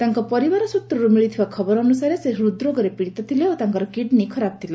ତାଙ୍କ ପରିବାରସ୍ତ୍ରରୁ ମିଳିଥିବା ଖବର ଅନୁସାରେ ସେ ହୃଦ୍ରୋଗରେ ପୀଡିତ ଥିଲେ ଓ ତାଙ୍କର କିଡ୍ନୀ ଖରାପ ଥିଲା